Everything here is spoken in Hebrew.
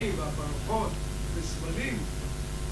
וברכות וסמלים